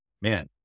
man